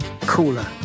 Cooler